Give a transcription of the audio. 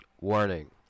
Warning